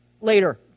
later